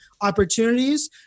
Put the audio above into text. opportunities